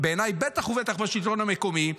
בעיניי בטח ובטח בשלטון המקומי,